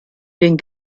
den